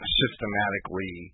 systematically